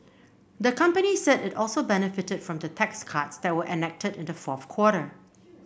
the company said it also benefited from the tax cuts that were enacted in the fourth quarter